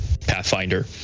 Pathfinder